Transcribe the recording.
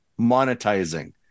monetizing